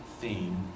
theme